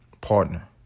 partner